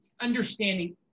understanding